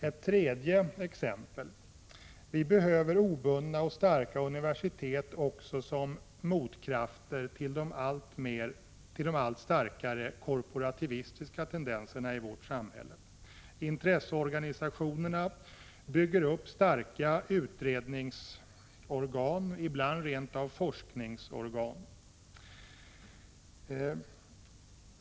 Ett tredje exempel: Vi behöver obundna och starka universitet också som motkraft till de allt starkare korporativistiska tendenserna i samhället. Intresseorganisationerna bygger upp starka utredningsorgan, ibland rent av forskningsorgan.